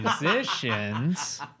musicians